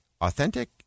authentic